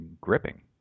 gripping